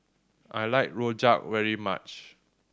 I like Rojak very much